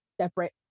separate